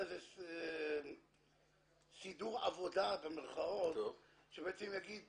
"סידור עבודה" שבעצם יגיד